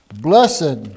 blessed